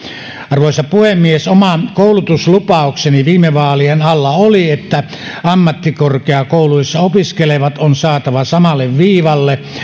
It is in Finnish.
arvoisa puhemies oma koulutuslupaukseni viime vaalien alla oli että ammattikorkeakouluissa opiskelevat on saatava samalle viivalle